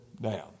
down